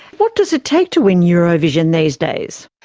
what does it take to win eurovision these days?